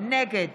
נגד